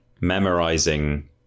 memorizing